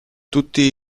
tutti